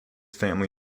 family